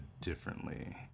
differently